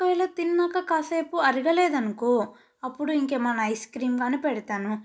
ఒకవేళ తిన్నాకా కాసేపు అరగలేదు అనుకో అప్పుడు ఇంక ఏమన్నా ఐస్ క్రీమ్ కానీ పెడతాను